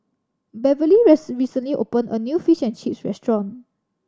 Beverlee recently opened a new Fish and Chips restaurant